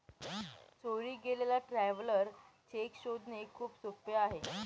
चोरी गेलेला traveller cheque शोधणे खूप सोपे आहे